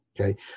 Okay